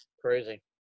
Crazy